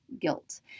guilt